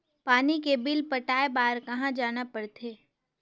पानी के बिल पटाय बार कहा जाना पड़थे?